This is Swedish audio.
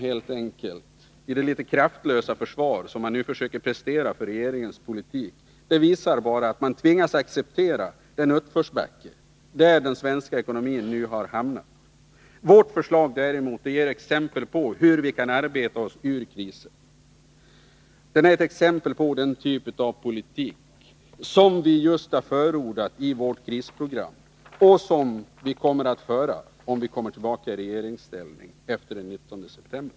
Det kraftlösa försvar man försöker prestera för regeringens politik visar bara att man tvingas acceptera den utförsbacke som den svenska ekonomin nu har hamnat i. Vårt förslag ger däremot exempel på hur vi kan arbeta oss ur krisen. Det är ett exempel på den typ av politik som vi just har förordat i vårt krisprogram och som vi kommer att föra om vi kommer tillbaka i regeringsställning efter den 19 september.